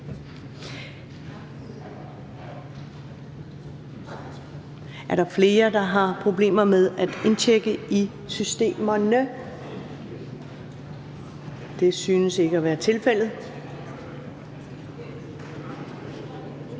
Er der flere, der har behov for lidt assistance? Det synes ikke at være tilfældet.